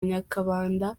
nyakabanda